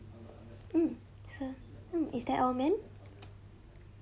mm sure mm is that all ma'am